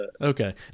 okay